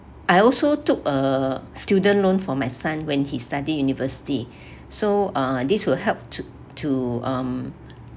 I also took uh student loan for my son when he study university so uh this will help to to um